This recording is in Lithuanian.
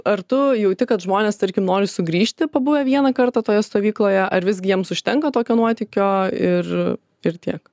ar tu jauti kad žmonės tarkim nori sugrįžti pabuvę vieną kartą toje stovykloje ar visgi jiems užtenka tokio nuotykio ir ir tiek